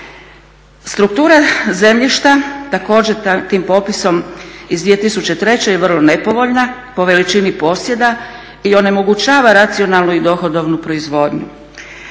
Strukture zemljišta također tim popisom iz 2003. je vrlo nepovoljna po veličini posjeda i onemogućava racionalnu i dohodovnu proizvodnju.